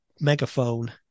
megaphone